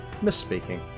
Misspeaking